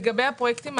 לגבי הפרויקטים,